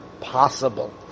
possible